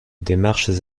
démarches